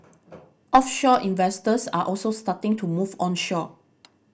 offshore investors are also starting to move onshore